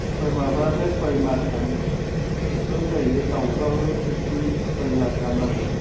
बोरमाफ्राथ' सय मास गाहाम बेफोरो जायो दाउफ्राबो बिदिनो सय मास गाहाम नांगौ